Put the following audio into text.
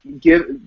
give